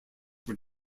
were